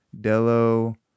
Dello